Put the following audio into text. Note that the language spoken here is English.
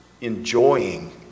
enjoying